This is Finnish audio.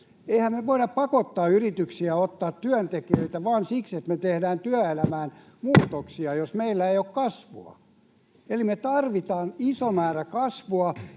Eihän me voida pakottaa yrityksiä ottamaan työntekijöitä vain siksi, että me tehdään työelämään muutoksia, jos meillä ei ole kasvua. Eli me tarvitaan iso määrä kasvua,